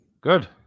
Good